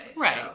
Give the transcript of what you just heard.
Right